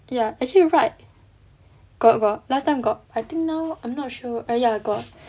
ya actually right got got last time got I think now I'm not sure err ya got